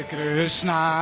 Krishna